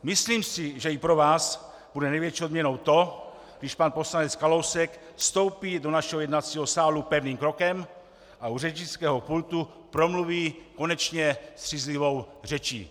Myslím si, že i pro vás bude největší odměnou to, když pan poslanec Kalousek vstoupí do našeho jednacího sálu pevným krokem a u řečnického pultu promluví konečně střízlivou řečí.